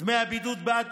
דמי הבידוד בעד